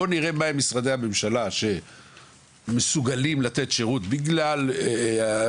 בואו נראה מה עם משרדי הממשלה שמסוגלים לתת שירות בגלל הפרטיות,